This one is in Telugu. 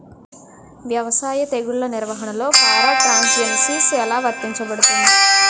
వ్యవసాయ తెగుళ్ల నిర్వహణలో పారాట్రాన్స్జెనిసిస్ఎ లా వర్తించబడుతుంది?